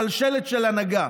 שרשרת של הנהגה,